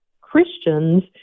Christians